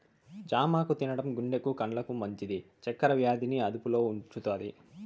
చామాకు తినడం గుండెకు, కండ్లకు మంచిది, చక్కర వ్యాధి ని అదుపులో ఉంచుతాది